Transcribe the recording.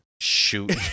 shoot